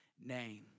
name